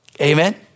Amen